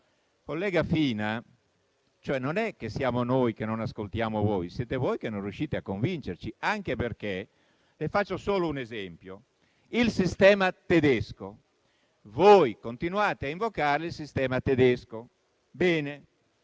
Collega Fina, non è che siamo noi che non ascoltiamo voi; siete voi che non riuscite a convincerci. Faccio solo un esempio, visto che continuate a invocare il sistema tedesco. Ebbene,